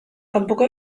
kanpoko